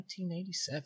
1987